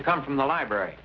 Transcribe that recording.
to come from the library